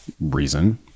reason